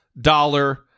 dollar